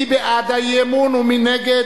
מי בעד האי-אמון ומי נגד?